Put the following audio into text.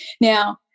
Now